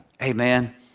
Amen